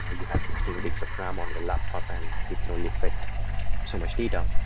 ah you had sixteen gigs of ram on your laptop and you can only fit so much data.